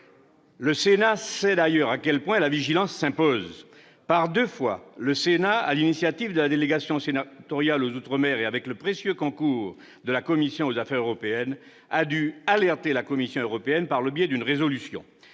Le Sénat sait d'ailleurs à quel point la vigilance s'impose. Par deux fois, sur l'initiative de la délégation sénatoriale aux outre-mer et avec le précieux concours de la commission des affaires européennes, il a dû alerter la Commission européenne par le biais de résolutions,